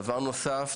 דבר נוסף,